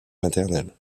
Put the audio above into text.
maternel